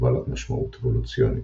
ובעלת משמעות אבולוציונית.